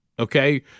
Okay